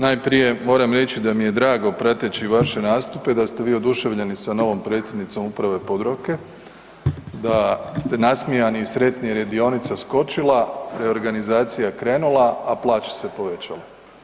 Najprije moram reći da mi je drago prateći vaše nastupe, da ste vi oduševljeni sa novom predsjednicom Uprave Podravke, da ste nasmijani i sretni jer je dionica skočila, reorganizacija je krenula a plaća se povećala.